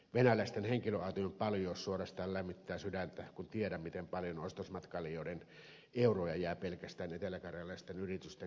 venäläisten henkilöautojen paljous suorastaan lämmittää sydäntä kun tiedän miten paljon ostosmatkailijoiden euroja jää pelkästään eteläkarjalaisten yritysten kassoihin